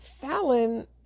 Fallon